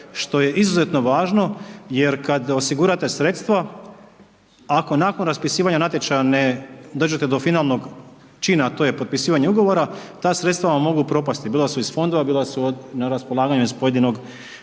što je izuzetno važno jer kad osigurate sredstva ako nakon raspisivanja natječaja ne dođete do finalnog čina, a to je potpisivanje ugovora ta sredstva vam mogu propasti, bilo da su iz fondova, bilo da su od, na raspolaganju iz pojedinog